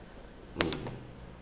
mm